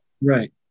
Right